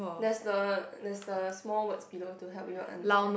there's the there's the small words below to help you understand